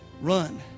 Run